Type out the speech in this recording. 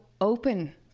open